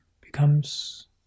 becomes